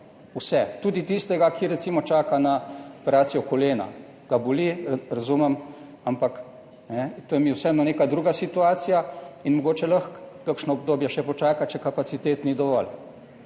Vse, tudi tistega, ki recimo čaka na operacijo kolena, ga boli, razumem, ampak tam je vseeno neka druga situacija, in mogoče lahko kakšno obdobje še počaka, če kapacitet ni dovolj.